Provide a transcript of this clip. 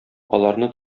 аларны